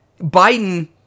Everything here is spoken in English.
Biden